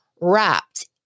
wrapped